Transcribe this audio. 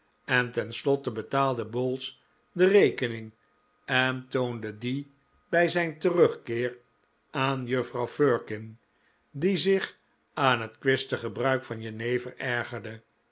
en ten slotte betaalde bowls de rekening en toonde die bij zijn terugkeer aan juffrouw firkin die zich aan het kwistig gebruik van jenever